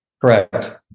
Correct